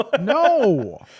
No